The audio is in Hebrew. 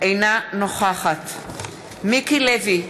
אינה נוכחת מיקי לוי,